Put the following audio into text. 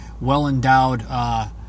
well-endowed